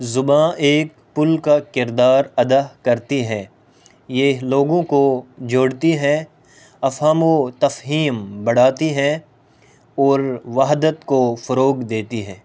زباں ایک پل کا کردار ادا کرتی ہے یہ لوگوں کو جوڑتی ہے افہام و تفہیم بڑھاتی ہے اور وحدت کو فروغ دیتی ہے